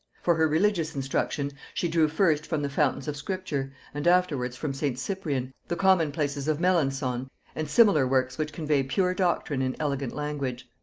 for her religious instruction, she drew first from the fountains of scripture, and afterwards from st. cyprian, the common places of melancthon, and similar works which convey pure doctrine in elegant language.